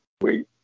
Wait